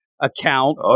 account